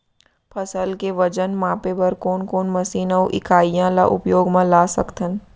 फसल के वजन मापे बर कोन कोन मशीन अऊ इकाइयां ला उपयोग मा ला सकथन?